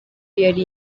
yari